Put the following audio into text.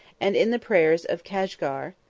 and in the prayers of cashgar,